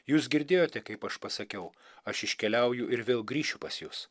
jūs girdėjote kaip aš pasakiau aš iškeliauju ir vėl grįšiu pas jus